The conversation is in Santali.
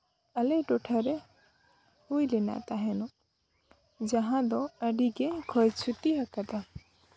ᱟᱞᱮ ᱴᱚᱴᱷᱟᱨᱮ ᱦᱩᱭ ᱞᱮᱱᱟ ᱛᱟᱦᱮᱱᱚᱜ ᱡᱟᱦᱟᱸ ᱫᱚ ᱟᱹᱰᱤ ᱜᱮ ᱠᱷᱚᱭ ᱠᱷᱚᱛᱤ ᱟᱠᱟᱫᱟᱭ